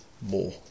more